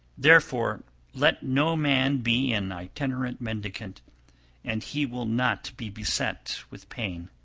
therefore let no man be an itinerant mendicant and he will not be beset with pain.